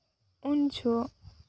ᱩᱱ ᱡᱚᱦᱚᱜ